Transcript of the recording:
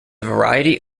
variety